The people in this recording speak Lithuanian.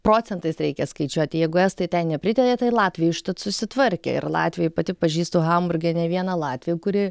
procentais reikia skaičiuoti jeigu estai ten nepritaria tai latviai užtat susitvarkė ir latvijoj pati pažįstu hamburge ne vieną latvį kurį